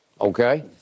Okay